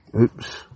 Oops